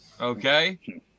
okay